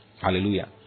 Hallelujah